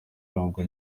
urangwa